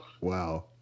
wow